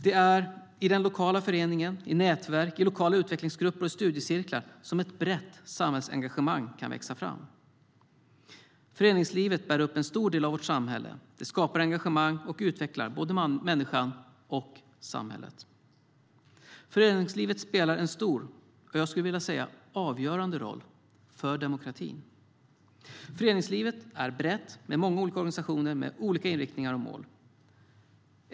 Det är i den lokala föreningen, i nätverk, i lokala utvecklingsgrupper och i studiecirklar som ett brett samhällsengagemang kan växa fram. Föreningslivet bär upp en stor del av vårt samhälle. Det skapar engagemang och utvecklar både människan och samhället. Föreningslivet spelar en stor roll, jag skulle vilja säga avgörande, för demokratin. Föreningslivet är brett med många olika organisationer med olika inriktningar och mål.